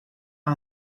ook